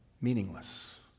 Meaningless